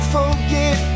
forget